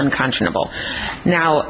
unconscionable now